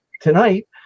tonight